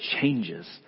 changes